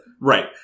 Right